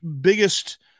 biggest